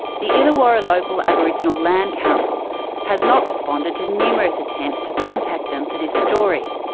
the illawarra local aboriginal land council has not responded to numerous attempts to contact them for this story.